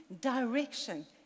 direction